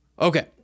Okay